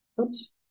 Oops